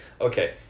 okay